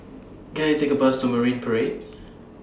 Can I Take A Bus to Marine Parade